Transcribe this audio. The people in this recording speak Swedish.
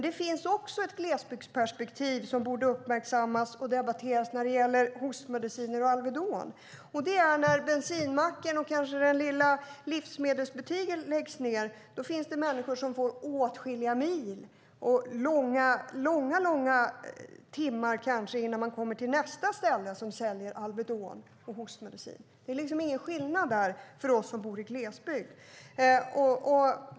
Det finns dock ett glesbygdsperspektiv som borde uppmärksammas och debatteras också när det gäller hostmediciner och Alvedon, och det är när bensinmacken och kanske den lilla livsmedelsbutiken läggs ned. Då finns det människor som får åtskilliga mil och kanske långa timmar till nästa ställe som säljer Alvedon och hostmedicin. Det är liksom ingen skillnad där för oss som bor i glesbygd.